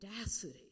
audacity